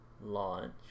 launch